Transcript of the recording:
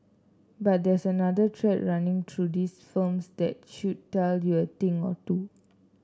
but there's another thread running through these firms that should tell you a thing or two